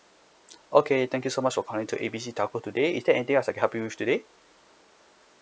okay thank you so much for calling to A B C telco today is there anything else I can help you with today